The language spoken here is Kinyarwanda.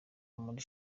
muri